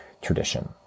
tradition